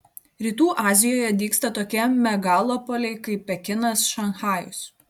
rytų azijoje dygsta tokie megalopoliai kaip pekinas šanchajus